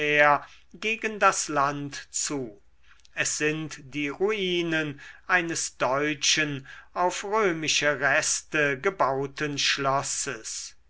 gegen das land zu es sind die ruinen eines deutschen auf römische reste gebauten schlosses